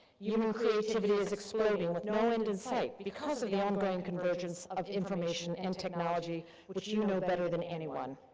human creativity is exploding with no end in sight because of the ongoing convergence of information and technology which you know better than anyone.